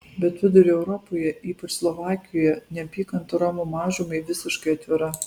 bet vidurio europoje ypač slovakijoje neapykanta romų mažumai visiškai atvira